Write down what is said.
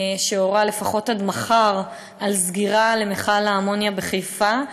שהורה לפחות עד מחר על סגירה של מכל האמוניה בחיפה.